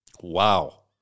Wow